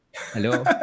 Hello